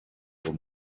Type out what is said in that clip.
will